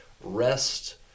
REST